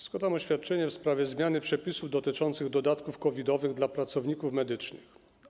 Składam oświadczenie w sprawie zmiany przepisu dotyczących dodatków COVID-owych dla pracowników medycznych.